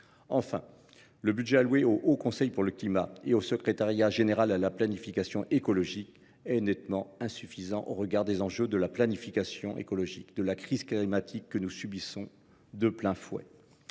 Enfin, le budget alloué au Haut Conseil pour le climat (HCC) et au Secrétariat général à la planification écologique est nettement insuffisant au regard des enjeux de la planification écologique et de la crise climatique que nous subissons de plein fouet.